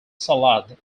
salad